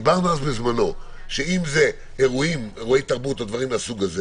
דיברנו אז בזמנו שאם זה אירועי תרבות או דברים מהסוג הזה